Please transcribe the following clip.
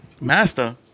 Master